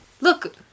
look